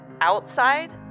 outside